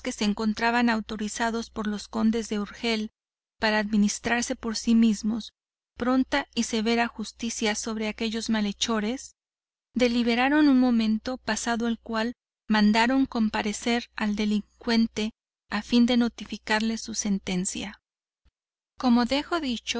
se encontraban autorizados por los condes de urgel para administrarse por si mismos pronta y severa justicia sobre aquellos malhechores deliberaron un momento pasado el cual mandaron comparecer al delincuente a fin de notificarle su sentencia como dejo